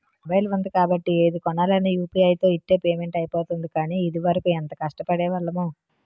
mobile ఉంది కాబట్టి ఏది కొనాలన్నా యూ.పి.ఐ తో ఇట్టే పేమెంట్ అయిపోతోంది కానీ, ఇదివరకు ఎంత కష్టపడేవాళ్లమో